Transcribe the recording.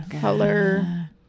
color